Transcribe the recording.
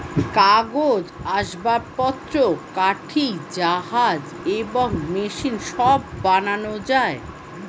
কাগজ, আসবাবপত্র, কাঠি, জাহাজ এবং মেশিন সব বানানো যায়